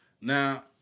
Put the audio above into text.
Now